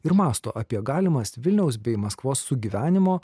ir mąsto apie galimas vilniaus bei maskvos sugyvenimo